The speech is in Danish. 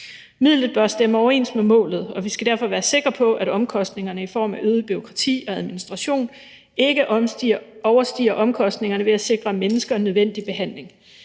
Midlet bør stemme overens med målet, og vi skal derfor være sikre på, at omkostningerne i form af øget bureaukrati og administration ikke overstiger omkostningerne ved at sikre mennesker nødvendig behandling.